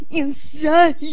inside